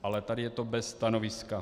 Ale tady je to bez stanoviska.